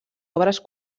obres